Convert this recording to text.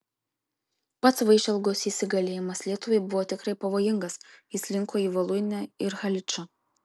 pats vaišelgos įsigalėjimas lietuvai buvo tikrai pavojingas jis linko į voluinę ir haličą